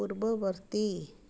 ପୂର୍ବବର୍ତ୍ତୀ